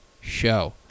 show